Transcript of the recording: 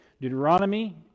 Deuteronomy